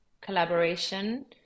collaboration